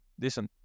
Listen